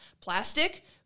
plastic